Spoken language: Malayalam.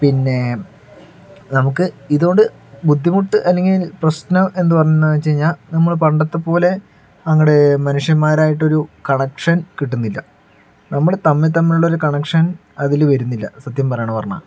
പിന്നെ നമുക്ക് ഇതുകൊണ്ട് ബുദ്ധിമുട്ട് അല്ലെങ്കിൽ പ്രശ്നം എന്ന് പറഞ്ഞാൽ എന്ത് പറഞ്ഞാൽ വെച്ച് കഴിഞ്ഞാൽ നമ്മൾ പണ്ടത്തെപ്പോലെ അങ്ങോട്ട് മനുഷ്യന്മാരായിട്ട് ഒരു കണക്ഷൻ കിട്ടുന്നില്ല നമ്മൾ തമ്മിൽ തമ്മിലുള്ളൊരു കണക്ഷൻ അതിൽ വരുന്നില്ല സത്യം പറയുകയാണ് പറഞ്ഞാൽ